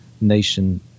nation